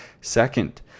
second